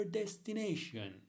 destination